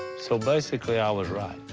so basically, i was right.